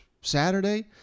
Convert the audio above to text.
Saturday